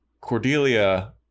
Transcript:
cordelia